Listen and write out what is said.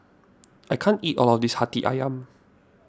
I can't eat all of this Hati Ayam